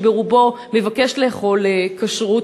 שרובו מבקש לאכול כשר.